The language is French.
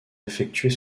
effectuer